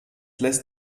lässt